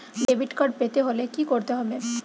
Debit card পেতে হলে কি করতে হবে?